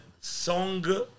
song